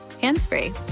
hands-free